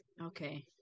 okay